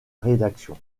rédaction